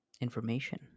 Information